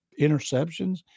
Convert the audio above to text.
interceptions